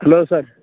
hello sir